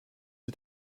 sie